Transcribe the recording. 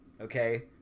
Okay